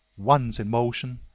once in motion,